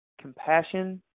compassion